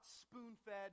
spoon-fed